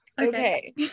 Okay